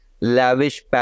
lavish